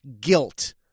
guilt